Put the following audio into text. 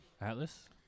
Atlas